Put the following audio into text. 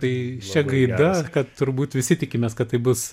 tai šia gaida kad turbūt visi tikimės kad tai bus